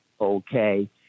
okay